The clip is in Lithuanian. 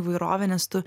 įvairovę nes tu